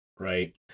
right